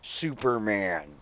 Superman